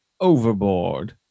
overboard